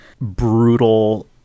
brutal